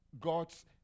God's